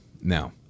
Now